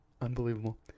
unbelievable